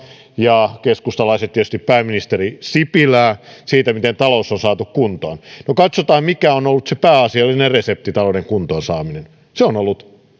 ja keskustalaiset tietysti pääministeri sipilää siitä miten talous on saatu kuntoon no katsotaan mikä on ollut se pääasiallinen resepti talouden kuntoon saamiseen se on ollut